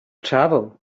travel